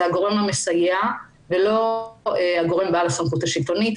הגורם המסייע ולא הגורם בעל הסמכות השלטונית.